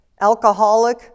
alcoholic